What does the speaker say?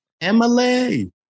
Emily